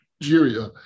Nigeria